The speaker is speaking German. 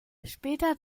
später